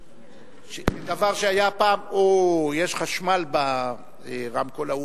דבר שהיה פעם, אוה, יש חשמל ברמקול ההוא.